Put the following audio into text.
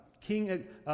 King